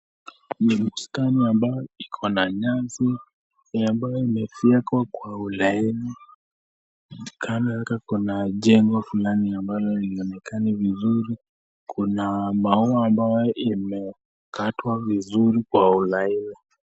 Ni bustani ambayo iko na nyasi. Nyasi ambayo imefyekwa kwa ulaini. Kando yake kuna jengo fulani ambalo linaonekani vizuri. Kuna maua ambayo imekatwa vizuri kwa ulaini.